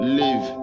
live